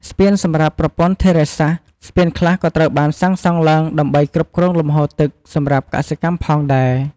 ស្ពានសម្រាប់ប្រព័ន្ធធារាសាស្រ្ត ស្ពានខ្លះក៏ត្រូវបានសាងសង់ឡើងដើម្បីគ្រប់គ្រងលំហូរទឹកសម្រាប់កសិកម្មផងដែរ។